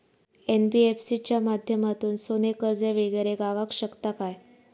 NBFC च्या माध्यमातून सोने कर्ज वगैरे गावात शकता काय?